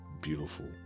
beautiful